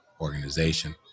organization